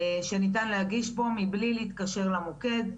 שניתן להגיש בו מבלי להתקשר למוקד,